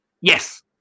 yes